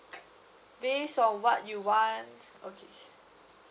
based on what you want okay